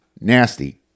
Nasty